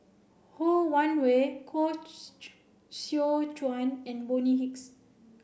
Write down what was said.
Ho Wan Hui Koh Seow Chuan and Bonny Hicks